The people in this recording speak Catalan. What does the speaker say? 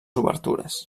obertures